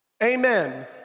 Amen